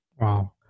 Wow